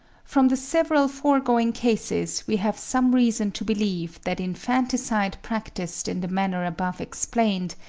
from the several foregoing cases we have some reason to believe that infanticide practised in the manner above explained,